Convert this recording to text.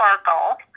Sparkle